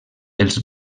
els